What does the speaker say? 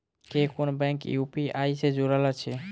केँ कुन bank UPI सँ जुड़ल अछि?